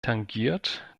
tangiert